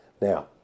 Now